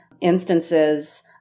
instances